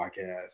podcast